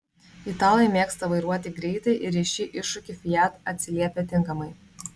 italai mėgsta vairuoti greitai ir į šį iššūkį fiat atsiliepia tinkamai